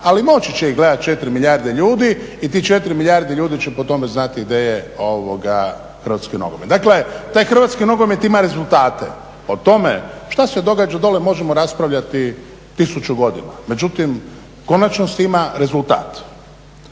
ali moći će ih gledati 4 milijarde ljudi i tih 4 milijarde ljudi će po tome znati ideje hrvatskog nogometa. Dakle, taj hrvatski nogomet ima rezultate. O tome šta se događa dole možemo raspravljati tisuću godina. Međutim, konačnost ima rezultat.